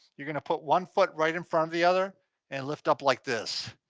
you're gonna put one foot right in front of the other and lift up like this.